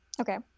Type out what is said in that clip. Okay